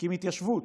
נקים התיישבות,